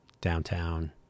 downtown